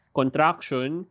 contraction